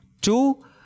two